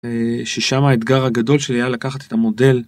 ששם האתגר הגדול שלי היה לקחת את המודל.